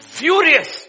furious